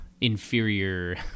inferior